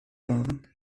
fahren